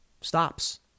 stops